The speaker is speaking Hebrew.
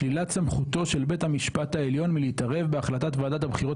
שלילת סמכותו של בית המשפט העליון להתערב בהחלטת ועדת הבחירות